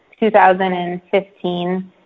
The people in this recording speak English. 2015